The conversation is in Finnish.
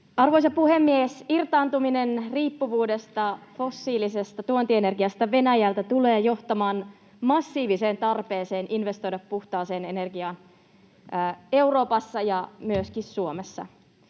Arvoisa puhemies! Irtaantuminen riippuvuudesta fossiilisesta tuontienergiasta Venäjältä tulee johtamaan massiiviseen tarpeeseen investoida puhtaaseen energiaan Euroopassa ja myöskin Suomessa.